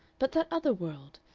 but that other world,